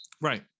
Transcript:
Right